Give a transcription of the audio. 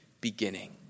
beginning